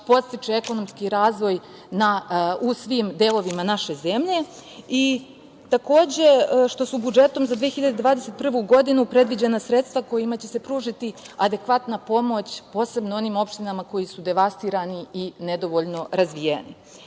podstiče ekonomski razvoj u svim delovima naše zemlje i, takođe, što su budžetom za 2021. godinu predviđena sredstva kojima će se pružiti adekvatna pomoć posebno onim opštinama koje su devastirane i nedovoljno